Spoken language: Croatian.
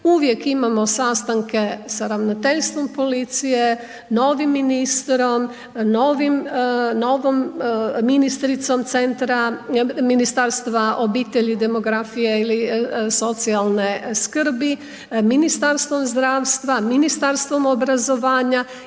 uvijek imamo sastanke sa ravnateljstvom policije, novim ministrom, novom ministricom centra Ministarstva obitelji, demografije i socijalne skrbi, Ministarstvom zdravstva, Ministarstvom obrazovanja